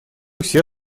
все